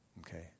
okay